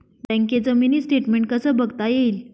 बँकेचं mini statement कसं बघता येईल?